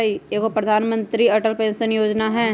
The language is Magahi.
एगो प्रधानमंत्री अटल पेंसन योजना है?